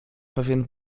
pewien